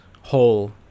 whole